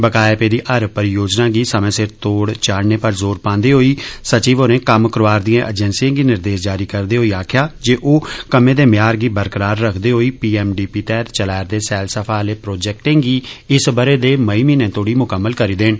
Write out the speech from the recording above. बकाया पेदी हर परियोजना गी समें सिर तोड़ चाढ़ने पर ज़ोर पांदे होई सचिव होरें कम करोआ'रदिएं एजेंसिएं गी निर्देश जारी करदे होई आक्खेआ जे ओ कम्में दे म्यार गी बरकरार रखदे होई पीएमडीपी तहत चलै रदे सैलसफा आह्ले प्रोजैक्टें गी इस बरे दे मई महीने तोड़ी मुकम्मल करी देन